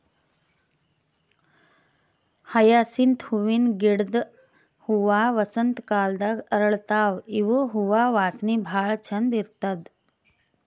hyacinth ಹೂವಿನ ಗಿಡದ್ ಹೂವಾ ವಸಂತ್ ಕಾಲದಾಗ್ ಅರಳತಾವ್ ಇವ್ ಹೂವಾ ವಾಸನಿ ಭಾಳ್ ಛಂದ್ ಇರ್ತದ್